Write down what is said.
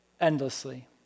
endlessly